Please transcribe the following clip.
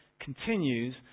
continues